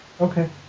Okay